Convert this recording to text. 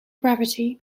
gravity